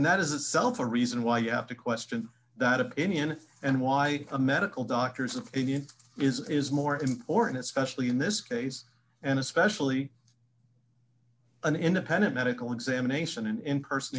and that is itself a reason why you have to question that opinion if and why a medical doctors opinion is more important especially in this case and especially an independent medical examination and in person